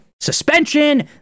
suspension